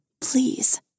Please